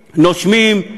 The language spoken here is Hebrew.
נושמים,